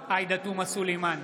עאידה תומא סלימאן,